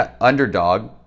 underdog